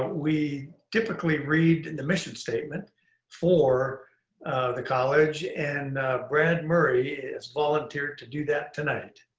we typically read and the mission statement for the college. and brad murray has volunteered to do that tonight.